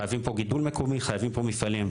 חייבים פה גידול מקומי, חייבים פה מפעלים.